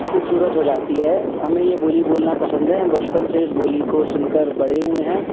خوبصورت ہو جاتی ہے ہمیں یہ بولی بولنا پسند ہے ہم بچپن سے اس بولی کو سن کر بڑے ہوئے ہیں